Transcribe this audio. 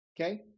Okay